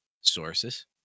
sources